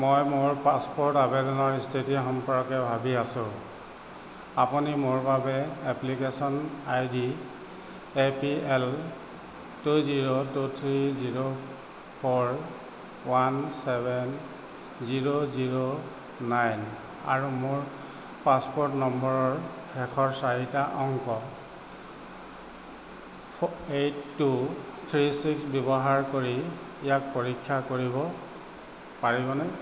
মই মোৰ পাছপ'ৰ্ট আবেদনৰ স্থিতি সম্পৰ্কে ভাবি আছোঁ আপুনি মোৰ বাবে application ID A P L two zero two three zero four one seven zero zero nine আৰু মোৰ পাছপ'ৰ্ট নম্বৰৰ শেষৰ চাৰিটা অংক ফ এইট টু থ্ৰি চিক্স ব্যৱহাৰ কৰি ইয়াক পৰীক্ষা কৰিব পাৰিবনে